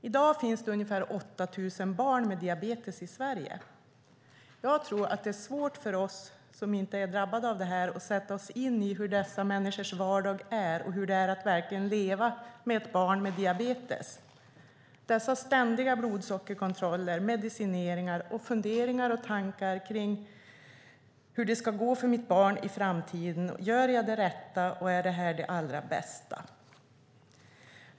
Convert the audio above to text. I dag finns det ungefär 8 000 barn med diabetes i Sverige. Jag tror att det är svårt för oss som inte är drabbade av detta att sätta oss in i hur dessa människors vardag ser ut och hur det är att verkligen leva med ett barn med diabetes. Det är ständiga blodsockerkontroller, medicineringar, funderingar och tankar på hur det ska gå för barnet i framtiden, om man gör det rätta och om det är det allra bästa.